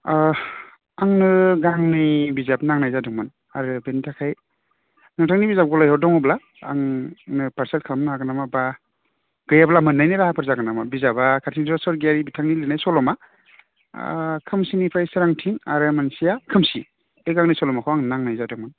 आह आंनो गांनै बिजाब नांनाय जादोंमोन आरो बेनि थाखाय नोंथांनि बिजाब गलायाव दङब्ला आंनो पारसेल खालामनो हागोन नामा बा गैयाब्ला मोन्नायनि राहाफोर जागोन नामा बिजाबा कातिन्द्र सरगयारि बिथांनि लिरनाय सल'मा आह खोमसिनिफ्राय सोरांथिं आरो मोनसेया खोमसि बे गांनै सल'माखौ आंनो नांनाय जादोंमोन